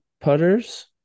putters